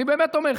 אני באמת אומר,